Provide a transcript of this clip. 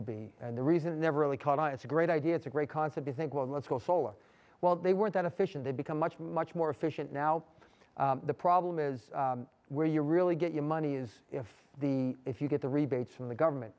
to be and the reason is never really caught on it's a great idea it's a great concept you think well let's go solar well they weren't that efficient they become much much more efficient now the problem is where you really get your money is if the if you get the rebates from the government